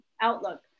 outlook